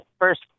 First